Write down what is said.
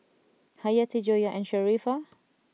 Hayati Joyah and Sharifah